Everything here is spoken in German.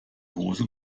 hose